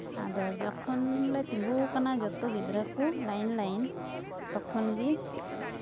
ᱟᱫᱚ ᱡᱚᱠᱷᱚᱱ ᱞᱮ ᱛᱤᱸᱜᱩ ᱠᱟᱱᱟ ᱡᱚᱛᱚ ᱜᱤᱫᱽᱨᱟᱹ ᱠᱚ ᱞᱟᱭᱤᱱ ᱞᱟᱭᱤᱱ ᱛᱚᱠᱷᱚᱱᱜᱮ